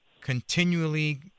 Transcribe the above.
continually